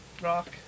rock